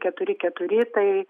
keturi keturi tai